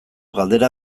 galdera